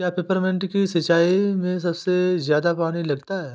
क्या पेपरमिंट की सिंचाई में सबसे ज्यादा पानी लगता है?